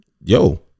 yo